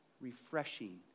refreshing